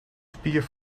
spier